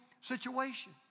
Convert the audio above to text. situation